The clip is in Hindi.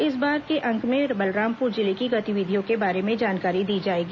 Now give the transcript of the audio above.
इस बार के अंक में बलरामपुर जिले की गतिविधियों के बारे में जानकारी दी जाएगी